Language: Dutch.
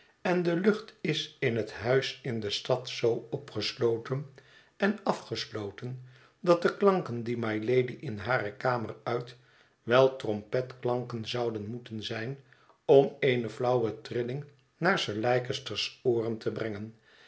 en de lucht is in het huis in de stad zoo opgesloten en afgesloten dat de klanken die mylady in hare kamer uit wel trompetklanken zouden moeten zijn om eene flauwe trilling naar sir leicester's ooren te brengen